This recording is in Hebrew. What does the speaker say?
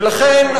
ולכן,